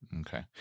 Okay